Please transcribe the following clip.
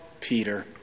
Peter